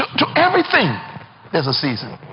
to everything there's a season.